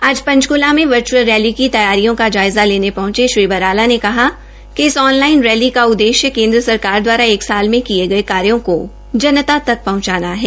आज पंचकला में virtual rally की तैयारियों का जायज़ा लेने पहंचे श्री बराला ने कहा कि इस ऑन लाइन रैली का उददेश्य सरकार दवारा एक साल में किये गये कार्यो को जनता तक पहंचाना है